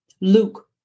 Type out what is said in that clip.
Luke